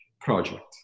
project